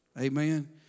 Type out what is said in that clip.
Amen